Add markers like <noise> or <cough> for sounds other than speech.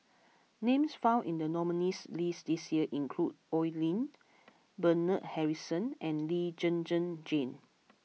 <noise> names found in the nominees' list this year include Oi Lin Bernard Harrison and Lee Zhen Zhen Jane